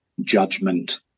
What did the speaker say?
judgment